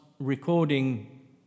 recording